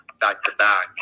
back-to-back